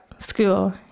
school